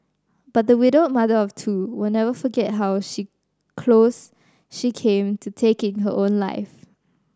but the widowed mother of two will never forget how she close she came to taking her own life